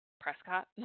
Prescott